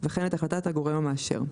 וכן את החלטת הגורם המאשר.